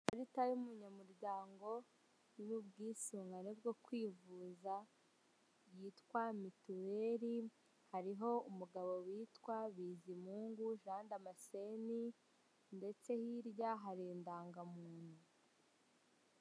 Ikarita y'umunyamuryango y'ubwisungane bwo kwivuza, yitwa mituweli hariho umugabo witwa Bizimungu ja ndamaseni ndetse hirya hari indangamuntu.